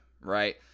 right